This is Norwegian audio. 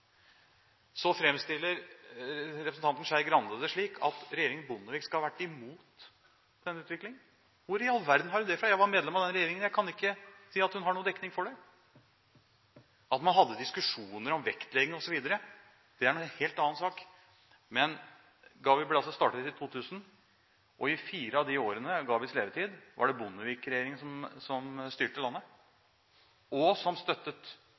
Så framstiller representanten Skei Grande det slik at regjeringen Bondevik skal ha vært imot denne utviklingen. Hvor i all verden har hun det fra? Jeg var medlem av den regjeringen, og jeg kan ikke se at hun har noen dekning for å si dette – at man hadde diskusjoner om vektlegging osv., er en helt annen sak. GAVI ble altså startet i 2000, og i fire av disse årene, i GAVIs levetid, var det Bondevik-regjeringen som styrte landet, og som støttet